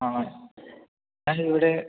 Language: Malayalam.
ആ ഞാൻ ഇവിടെ